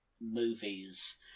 movies